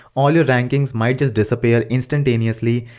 all your rankings might just disappear instantaneously,